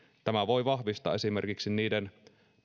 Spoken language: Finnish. tämä voi vahvistaa esimerkiksi niiden